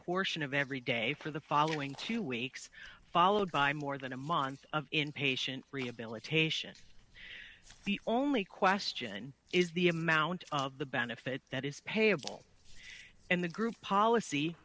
portion of every day for the following two weeks followed by more than a month of inpatient rehabilitation the only question is the amount of the benefit that is payable and the group policy